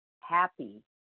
happy